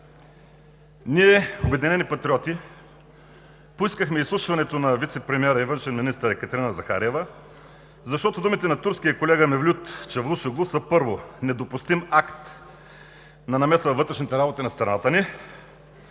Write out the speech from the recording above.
Ние, „Обединени патриоти“, поискахме изслушването на вицепремиера и външен министър Екатерина Захариева, защото думите на турския колега Мевлют Чавушоглу са, първо, недопустим акт на намеса във вътрешните работи на страната ни,